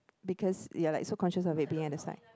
because you're like so conscious of it being at the side